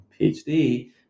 PhD